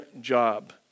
job